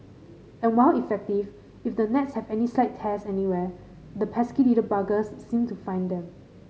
and while effective if the nets have any slight tears anywhere the pesky little buggers seem to find them